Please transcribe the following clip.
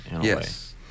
yes